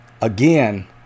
again